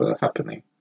happening